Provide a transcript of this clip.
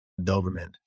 Doberman